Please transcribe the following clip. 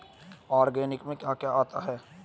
Organic में क्या क्या आता है?